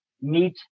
meet